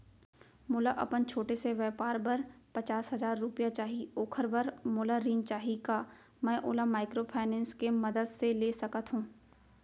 मोला अपन छोटे से व्यापार बर पचास हजार रुपिया चाही ओखर बर मोला ऋण चाही का मैं ओला माइक्रोफाइनेंस के मदद से ले सकत हो?